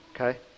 Okay